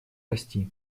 расти